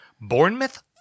Bournemouth